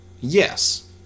Yes